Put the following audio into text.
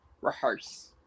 rehearse